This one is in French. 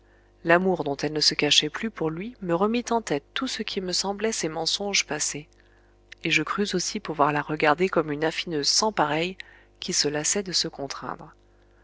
l'amour dont elle ne se cachait plus pour lui me remit en tête tout ce qui me semblait ses mensonges passés et je crus aussi pouvoir la regarder comme une affineuse sans pareille qui se lassait de se